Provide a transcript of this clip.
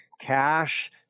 cash